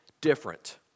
different